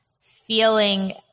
feeling